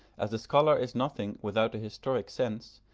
as the scholar is nothing without the historic sense,